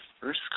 first